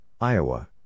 Iowa